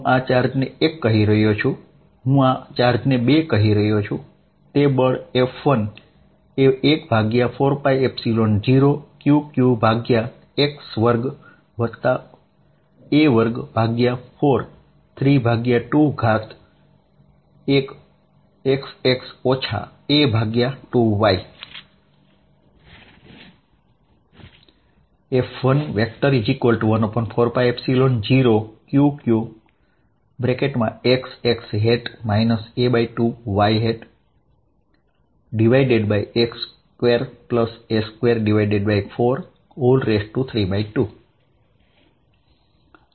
હું આને ચાર્જ 1 કહું છું અને આને ચાર્જ 2 કહું છું તેથી ફોર્સ F114π0Q q x2a2432 લખી શકાય